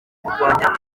kurwanya